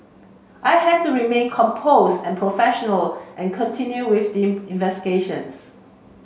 I had to remain compose and professional and continue with the investigations